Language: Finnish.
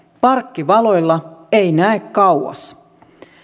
parkkivaloilla ei näe kauas